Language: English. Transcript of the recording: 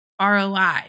ROI